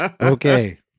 Okay